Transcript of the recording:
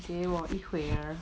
给我一挥